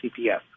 CPS